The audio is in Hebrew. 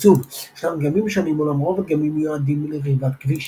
עיצוב ישנם דגמים שונים אולם רוב הדגמים מיועדים לרכיבת כביש.